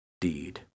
deed